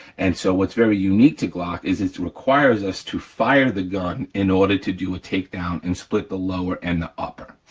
and so what's very unique to glock is it requires us to fire the gun in order to do a takedown and split the lower and the upper,